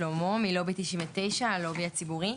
מלובי 99, הלובי הציבורי.